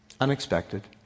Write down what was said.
Unexpected